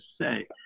say